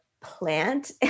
plant